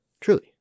Truly